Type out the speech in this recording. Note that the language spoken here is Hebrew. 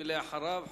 ואחריו,